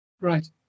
Right